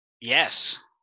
Yes